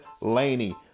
Laney